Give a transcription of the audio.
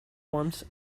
forms